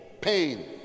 pain